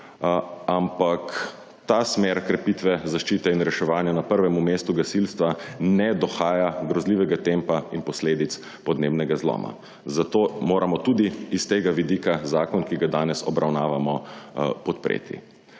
ampak ta smer krepitve zaščite in reševanja na prvem mestu gasilstva ne dohaja grozljivega tempa in posledic podnebnega zloma. Zato moramo tudi iz tega vidika zakon, ki ga danes obravnavamo, podpreti.